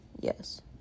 Yes